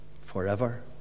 forever